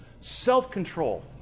self-control